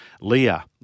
Leah